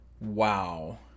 wow